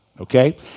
okay